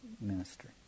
ministry